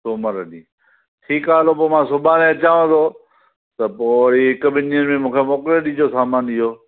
सूमरु ॾीहुं ठीकु आहे हलो पोइ मां सुभाणे अचांव थो त पोइ वरी हिकु ॿिनि ॾीहुंनि में मूंखे मोकिले ॾिजो सामान इहो